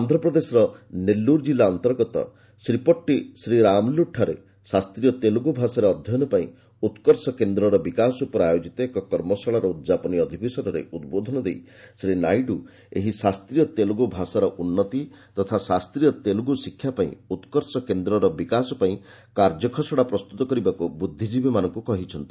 ଆନ୍ଧ୍ରପ୍ରଦେଶର ନେଲ୍ଲର୍ ଜିଲ୍ଲା ଅନ୍ତର୍ଗତ ଶ୍ରୀ ପୋଟ୍ଟି ଶ୍ରୀରାମୁଲ୍ଲଠାରେ ଶାସ୍ତୀୟ ତେଲୁଗୁ ଭାଷାରେ ଅଧ୍ୟୟନ ପାଇଁ ଉତ୍କର୍ଷ କେନ୍ଦ୍ରର ବିକାଶ ଉପରେ ଆୟୋଜିତ ଏକ କର୍ମଶାଳାର ଉଦ୍ଯାପନୀ ଅଧିବେଶନରେ ଉଦ୍ବୋଧନ ଦେଇ ଶ୍ରୀ ନାଇଡୁ ଏହି ଶାସ୍ତ୍ରୀୟ ତେଲୁଗୁ ଭାଷାର ଉନ୍ନତି ତଥା ଶାସ୍ତ୍ରୀୟ ତେଲୁଗୁ ଶିକ୍ଷାପାଇଁ ଉତ୍କର୍ଷ କେନ୍ଦ୍ରର ବିକାଶ ପାଇଁ କାର୍ଯ୍ୟଖସଡ଼ା ପ୍ରସ୍ତୁତ କରିବାକୁ ବୁଦ୍ଧିକୀବୀମାନଙ୍କୁ କହିଛନ୍ତି